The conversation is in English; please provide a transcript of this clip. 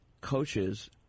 coaches